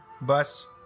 bus